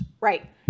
Right